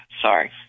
sorry